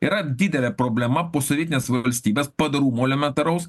yra didelė problema posovietinės valstybės padorumo elementaraus